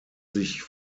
sich